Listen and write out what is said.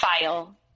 file